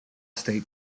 state